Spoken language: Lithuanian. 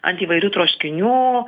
ant įvairių troškinių